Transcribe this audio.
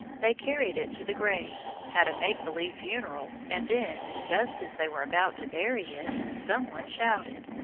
they carried it to the grave, had a make-believe funeral and then, just as they were about to bury it, some one shouted,